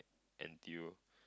and you